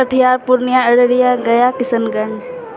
Katihar Purnia Araria Gaya Kishanganj